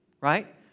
right